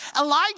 Elijah